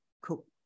cook